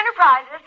Enterprises